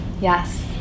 yes